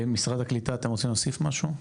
משרד הקליטה אתם רוצים להוסיף משהו?